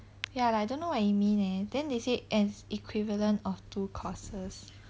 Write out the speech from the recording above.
ya lah I don't know what it mean eh then they say as equivalent of two courses